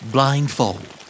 Blindfold